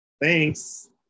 Thanks